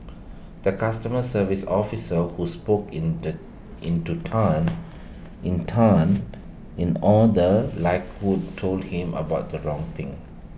their customer service officer who spoke in the into Tan in Tan in all the likelihood told him about the wrong thing